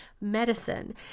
medicine